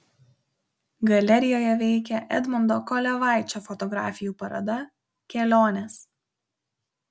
galerijoje veikia edmundo kolevaičio fotografijų paroda kelionės